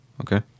Okay